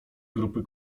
grupy